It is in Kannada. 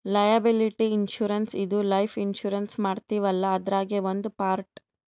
ಲಯಾಬಿಲಿಟಿ ಇನ್ಶೂರೆನ್ಸ್ ಇದು ಲೈಫ್ ಇನ್ಶೂರೆನ್ಸ್ ಮಾಡಸ್ತೀವಲ್ಲ ಅದ್ರಾಗೇ ಒಂದ್ ಪಾರ್ಟ್